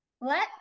Let